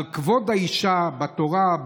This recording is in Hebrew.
על כבוד האישה בתורה,